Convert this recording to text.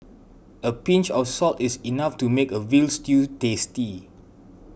a pinch of salt is enough to make a Veal Stew tasty